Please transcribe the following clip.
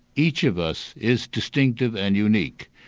each of us is distinctive and unique.